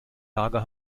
lager